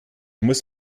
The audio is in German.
muss